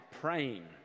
praying